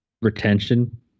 Retention